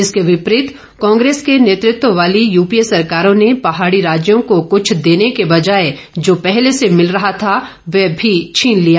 इसके विपरित कांग्रेस के नेतृत्व वाली यूपीए सरकारों ने पहाड़ी राज्यों को कुछ देने के बजाए जो पहले से मिल रहा था वह भी छिन लिया